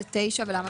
על אף